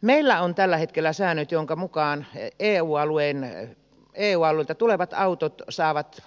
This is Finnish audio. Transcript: meillä on tällä hetkellä säännöt joiden mukaan eu alueelta tulevat autot saavat